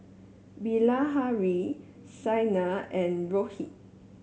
Bilahari Saina and Rohit